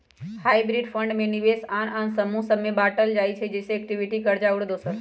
hybrid fund में निवेश आन आन समूह सभ में बाटल होइ छइ जइसे इक्विटी, कर्जा आउरो दोसर